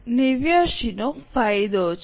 89 નો ફાયદો છે